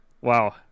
Wow